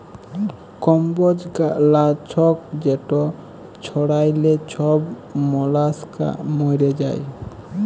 কম্বজ লাছক যেট ছড়াইলে ছব মলাস্কা মইরে যায়